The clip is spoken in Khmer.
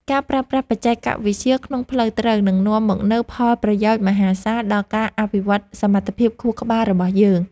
ការប្រើប្រាស់បច្ចេកវិទ្យាក្នុងផ្លូវត្រូវនឹងនាំមកនូវផលប្រយោជន៍មហាសាលដល់ការអភិវឌ្ឍសមត្ថភាពខួរក្បាលរបស់យើង។